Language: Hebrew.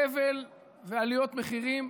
סבל ועליות מחירים.